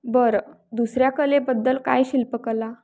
बरं दुसऱ्या कलेबद्दल काय शिल्पकला